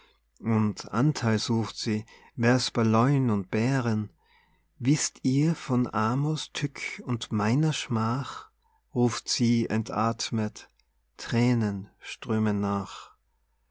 und antheil sucht sie wär's bei leu'n und bären wißt ihr von amors tück und meiner schmach ruft sie entathmet thränen strömen nach